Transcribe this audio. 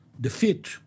defeat